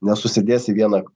nesusidės į vieną